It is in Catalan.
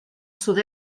sud